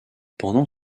pendant